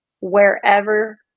wherever